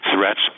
threats